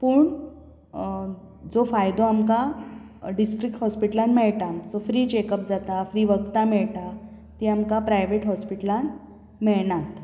पूण जो फायदो आमकां डिस्ट्रिक्ट हॉस्पिटलान मेळटा आमचो फ्री चेकप जाता फ्री वखदां मेळटा तीं आमकां प्रायवेट हॉस्पिटलान मेळनात